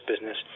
business